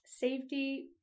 safety